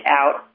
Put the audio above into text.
out